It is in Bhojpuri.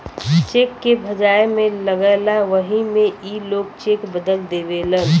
चेक के भजाए मे लगला वही मे ई लोग चेक बदल देवेलन